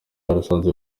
yarasanze